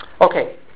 okay